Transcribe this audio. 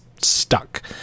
Stuck